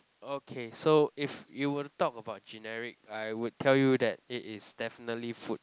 okay so if you were to talk about generic I will tell you that it is definitely food